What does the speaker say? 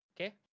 okay